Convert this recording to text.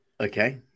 Okay